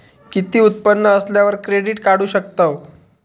किती उत्पन्न असल्यावर क्रेडीट काढू शकतव?